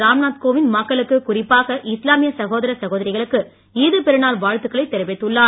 ராம்நாத் கோவிந்த் மக்களுக்கு குறிப்பாக இஸ்லாமிய சகோதர சகோதரிகளுக்கு ச து பெருநாள் வாழ்த்துக்களை தெரிவித்துள்ளார்